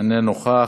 איננו נוכח.